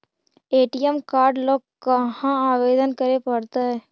ATM card ल कहा आवेदन करे पड़तै?